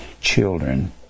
children